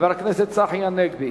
חבר הכנסת צחי הנגבי.